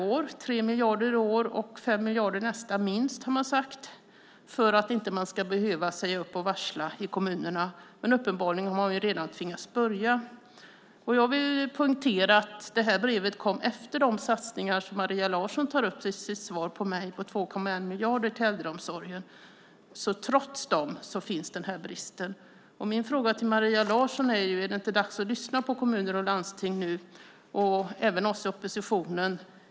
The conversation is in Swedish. Man har sagt att man behöver 3 miljarder i år och 5 miljarder nästa, minst, för att man inte ska behöva säga upp och varsla i kommunerna. Men uppenbarligen har man redan tvingats börja. Jag vill poängtera att det här brevet kom efter de satsningar på 2,1 miljarder till äldreomsorgen som Maria Larsson tog upp i sitt svar till mig. Trots dem finns alltså den här bristen. Min fråga till Maria Larsson är: Är det inte dags att lyssna på kommuner och landsting nu och även på oss i oppositionen?